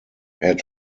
had